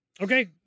Okay